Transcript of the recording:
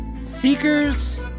Seekers